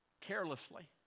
carelessly